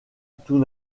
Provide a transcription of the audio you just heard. tout